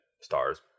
stars